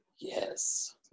yes